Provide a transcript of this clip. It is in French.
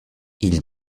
ils